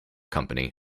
company